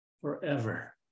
forever